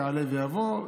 יעלה ויבוא,